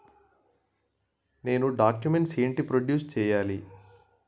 నేను డాక్యుమెంట్స్ ఏంటి ప్రొడ్యూస్ చెయ్యాలి?